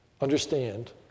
understand